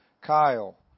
Kyle